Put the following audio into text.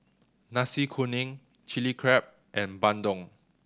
Nasi Kuning Chili Crab and bandung